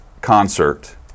concert